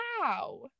Wow